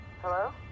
Hello